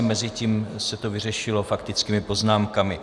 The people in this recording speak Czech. Mezitím se to vyřešilo faktickými poznámkami.